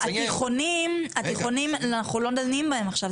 התיכונים אנחנו לא דנים בהם עכשיו.